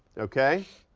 okay?